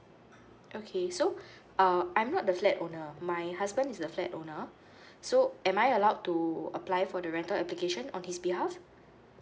okay so uh I'm not the flat owner my husband is the flat owner so am I allowed to apply for the rental application on his behalf